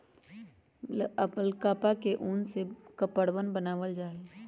alpaca के उन से कपड़वन बनावाल जा हई